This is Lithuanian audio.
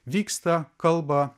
vyksta kalba